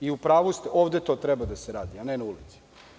U pravu ste, ovde to treba da se radi, ne na ulici.